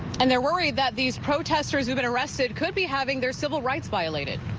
and they're worried that these protesters have been arrested could be having their civil rights violated.